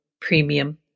premium